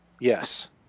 Yes